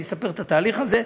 אני אספר על התהליך הזה.